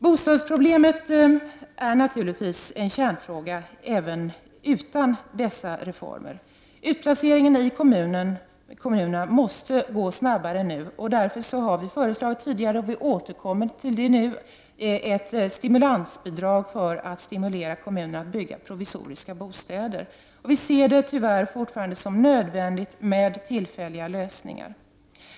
Bostadsproblemet är naturligtvis en kärnfråga även utan dessa reformer. Utplaceringen i kommunerna måste gå snabbare, och därför har vi föreslagit, såväl tidigare som nu, ett stimulansbidrag för att stimulera kommunerna att bygga provisoriska bostäder. Vi ser det tyvärr fortfarande som nödvändigt med tillfälliga lösningar.